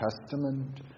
Testament